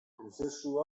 prozesu